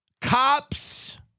Cops